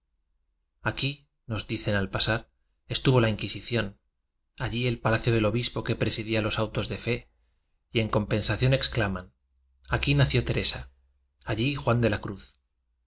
u nos dicen al pasar estuvo la d iclón allí el palacio del obispo que s a o s aufos y en compensación exclaman aquí nació teresa allí juan de la cruz